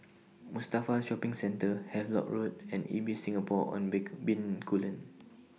Mustafa Shopping Centre Havelock Road and Ibis Singapore on Bencoolen